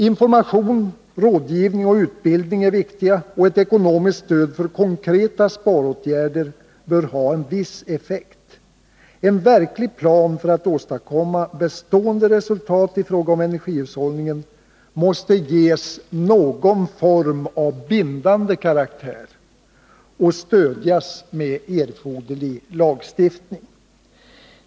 Information, rådgivning och utbildning är viktiga, och ekonomiskt stöd för konkreta sparåtgärder bör ha en viss effekt. En verklig plan för att åstadkomma bestående resultat i fråga om energihushållningen måste dock ges någon form av bindande karaktär och stödjas med erforderlig lagstiftning.